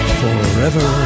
forever